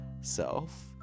self